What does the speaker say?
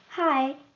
Hi